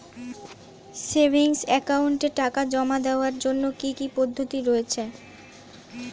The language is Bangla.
সেভিংস একাউন্টে টাকা জমা দেওয়ার জন্য কি কি পদ্ধতি রয়েছে?